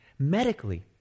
medically